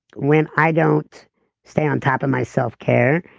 when i don't stay on top of my self-care,